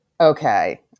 Okay